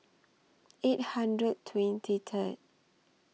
eight hundred twenty Third